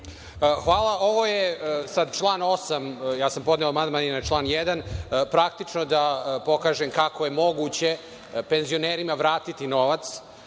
Hvala. Ovo je sad član 8. Podneo sam amandman i na član 1. praktično da pokažem kako je moguće penzionerima vratiti novac